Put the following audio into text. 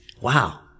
Wow